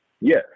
yes